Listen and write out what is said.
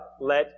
let